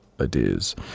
ideas